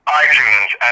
iTunes